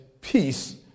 peace